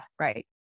right